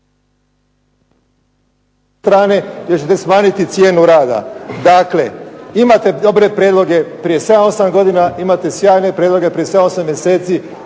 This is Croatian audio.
ne razumije se./… smanjiti cijenu rada. Dakle, imate dobre prijedloge prije 7, 8 godina, imate sjajne prijedloge prije 7, 8 mjeseci